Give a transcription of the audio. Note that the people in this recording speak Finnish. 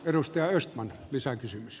edustaja östman lisäkysymys